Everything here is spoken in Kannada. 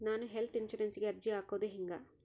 ನಾನು ಹೆಲ್ತ್ ಇನ್ಸುರೆನ್ಸಿಗೆ ಅರ್ಜಿ ಹಾಕದು ಹೆಂಗ?